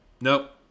Nope